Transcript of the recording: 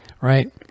right